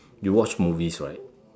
you watch movies right